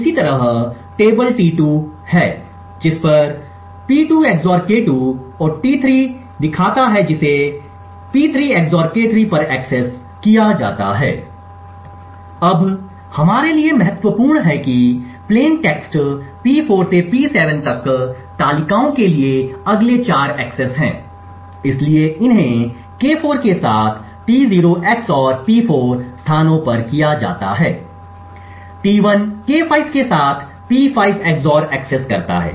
इसी तरह table T2 है जिस पर स्थान P2 XOR K2 और T3 दिखता है जिसे स्थान P3 XOR K3 पर एक्सेस किया जाता है अब हमारे लिए महत्वपूर्ण है कि प्लेन टेक्स्ट P4 से P7 तक तालिकाओं के लिए अगले 4 एक्सेस हैं इसलिए इन्हें K4 के साथ T0 P4 XOR स्थानों पर किया जाता है T1 K5 के साथ P5 XOR एक्सेस करता है